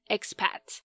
Expat